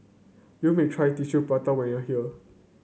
you may try Tissue Prata when you here